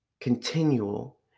continual